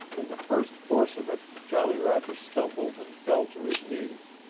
in the first force of it jolly roger stumbled and fell to his knees,